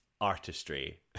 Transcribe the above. artistry